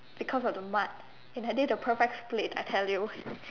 because of the mud and I did the perfect split I tell you